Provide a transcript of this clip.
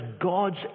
God's